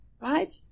right